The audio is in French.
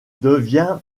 devient